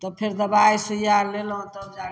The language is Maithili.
तऽ फेर दबाइ सुइया लेलहुँ तब जा कऽ